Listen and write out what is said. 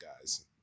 guys